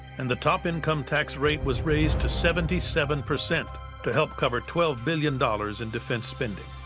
and the top income tax rate was raised to seventy seven percent to help cover twelve billion dollars in defense spending.